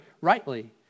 rightly